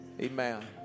Amen